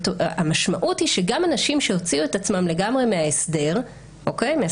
המשמעות היא שגם אנשים שהוציאו את עצמם לגמרי מההסדר הראשון,